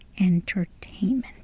entertainment